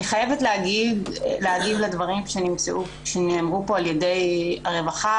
אני חייבת להגיב לדברים שנאמרו פה על ידי הרווחה